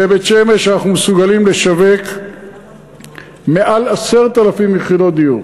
בבית-שמש אנחנו מסוגלים לשווק מעל 10,000 יחידות דיור.